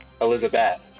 Elizabeth